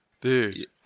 Dude